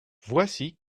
voici